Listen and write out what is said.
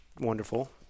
wonderful